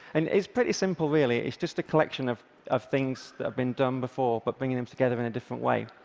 and it's pretty simple, really. it's just a collection of of things that have been done before, but bringing them together in a different way.